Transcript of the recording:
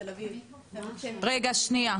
בתל אביב- -- רגע שנייה,